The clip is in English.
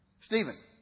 Stephen